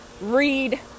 read